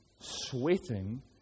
sweating